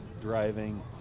driving